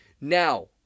Now